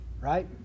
right